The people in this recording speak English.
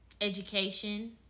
education